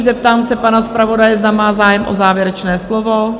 Zeptám se pana zpravodaje, zda má zájem o závěrečné slovo?